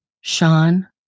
Sean